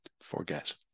forget